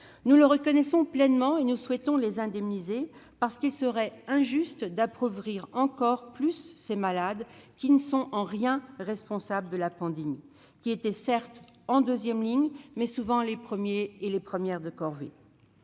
Nous le reconnaissons pleinement et nous souhaitons les indemniser, parce qu'il serait injuste d'appauvrir davantage encore ces malades, qui ne sont en rien responsables de la pandémie. Bien qu'étant en deuxième ligne, ils étaient souvent les premiers et les premières de corvée.